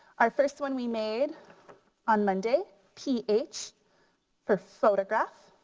our first one we made on monday p h for photograph.